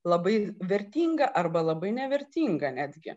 labai vertinga arba labai nevertinga netgi